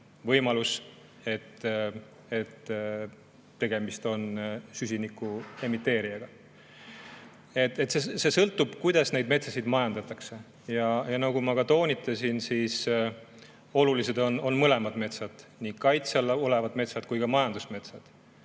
võimalus, et tegemist on süsiniku emiteerijaga. See sõltub sellest, kuidas metsi majandatakse. Nagu ma toonitasin: olulised on mõlemad metsad, nii kaitse all olevad metsad kui ka majandusmetsad.